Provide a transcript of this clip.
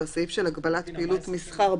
שהוא סעיף הגבלת פעילות מסחר,